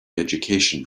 education